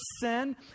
sin